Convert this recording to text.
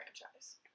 franchise